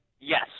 Yes